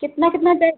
कितना कितना